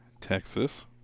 Texas